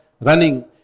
running